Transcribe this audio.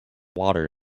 water